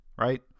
right